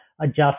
adjust